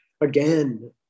again